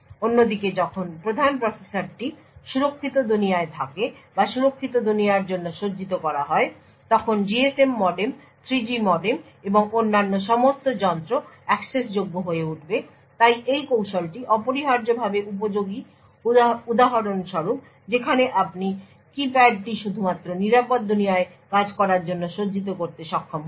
অন্যদিকে যখন প্রধান প্রসেসরটি সুরক্ষিত দুনিয়ায় থাকে বা সুরক্ষিত দুনিয়ার জন্য সজ্জিত করা হয় তখন GSM মডেম 3G মডেম এবং অন্যান্য সমস্ত যন্ত্র অ্যাক্সেসযোগ্য হয়ে উঠবে তাই এই কৌশলটি অপরিহার্যভাবে উপযোগী উদাহরণস্বরূপ যেখানে আপনি কীপ্যাডটি শুধুমাত্র নিরাপদ দুনিয়ায় কাজ করার জন্য সজ্জিত করতে সক্ষম হন